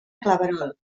claverol